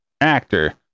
actor